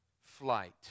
Flight